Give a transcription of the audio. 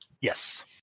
Yes